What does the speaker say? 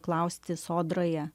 klausti sodroje